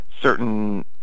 certain